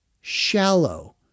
shallow